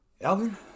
Alvin